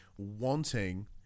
wanting